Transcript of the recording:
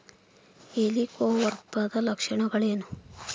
ಹೆಲಿಕೋವರ್ಪದ ಲಕ್ಷಣಗಳೇನು?